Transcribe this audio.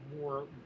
more